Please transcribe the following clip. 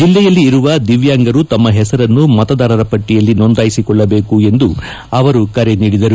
ಜಿಲ್ಲೆಯಲ್ಲಿ ಇರುವ ದಿವ್ಯಾಂಗರು ತಮ್ನ ಹೆಸರನ್ನು ಮತದಾರರ ಪಟ್ಟಿಯಲ್ಲಿ ನೋಂದಾಯಿಸಿ ಕೊಳ್ಟದೇಕು ಎಂದು ಅವರು ಕರೆ ನೀಡಿದರು